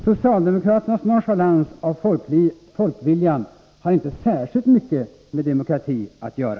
Socialdemokraternas nonchalerande av folkviljan har inte särskilt mycket med demokrati att göra.